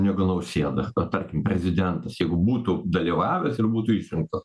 negu nausėda tarkim prezidentas jeigu būtų dalyvavęs ir būtų išrinktas